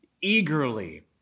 eagerly